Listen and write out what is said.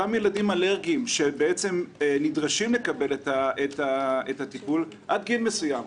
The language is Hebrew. אותם ילדים אלרגיים שנדרשים לקבל את הטיפול עד גיל מסוים,